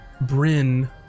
Bryn